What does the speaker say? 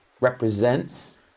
represents